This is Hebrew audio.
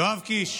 יואב קיש,